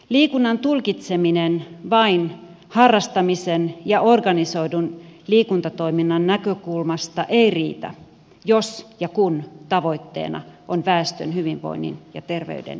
liikunnan tulkitseminen vain harrastamisen ja organisoidun liikuntatoiminnan näkökulmasta ei riitä jos ja kun tavoitteena on väestön hyvinvoinnin ja terveyden edistäminen